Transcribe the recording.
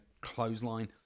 clothesline